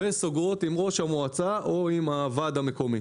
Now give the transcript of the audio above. וסוגרות עם ראש המועצה או עם הוועד המקומי.